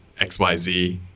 XYZ